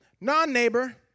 non-neighbor